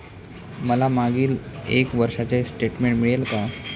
मला मागील एक वर्षाचे स्टेटमेंट मिळेल का?